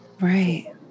Right